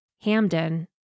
Hamden